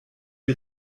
die